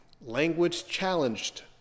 language-challenged